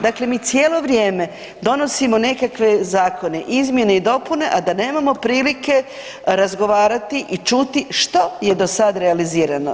Dakle, mi cijelo vrijeme donosimo nekakve zakone izmjene i dopune, a da nemamo prilike razgovarati i čuti što je do sada realizirano.